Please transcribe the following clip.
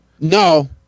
No